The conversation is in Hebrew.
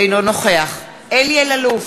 אינו נוכח אלי אלאלוף,